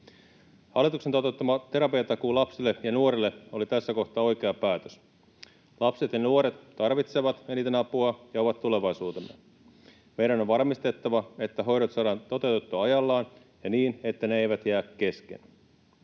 Hallituksen toteuttama terapiatakuu lapsille ja nuorille oli tässä kohtaa oikea päätös. Lapset ja nuoret tarvitsevat eniten apua ja ovat tulevaisuutemme. Meidän on varmistettava, että hoidot saadaan toteutettua ajallaan ja niin, että ne eivät jää kesken.